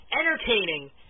entertaining